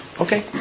Okay